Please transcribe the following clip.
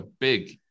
big